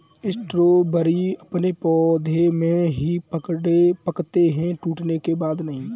strawberry अपने पौधे में ही पकते है टूटने के बाद नहीं